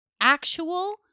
actual